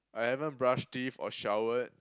I haven't brush teeth or showered